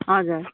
हजुर